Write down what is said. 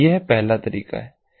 यह पहला तरीका है